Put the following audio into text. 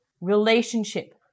relationship